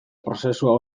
prozesua